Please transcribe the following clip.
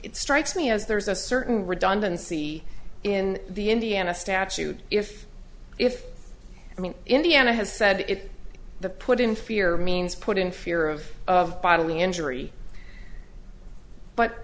strikes me as there's a certain redundancy in the indiana statute if if i mean indiana has said the put in fear means put in fear of bodily injury but